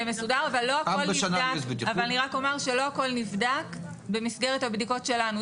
זה מסודר, אבל לא הכול נבדק במסגרת הבדיקות שלנו.